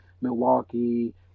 Milwaukee